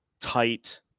tight